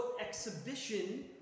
exhibition